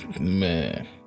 man